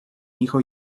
hijo